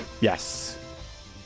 Yes